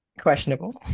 Questionable